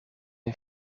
een